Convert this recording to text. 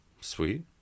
Sweet